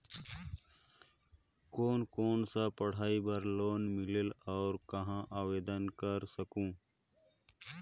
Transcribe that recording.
कोन कोन सा पढ़ाई बर लोन मिलेल और कहाँ आवेदन कर सकहुं?